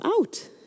out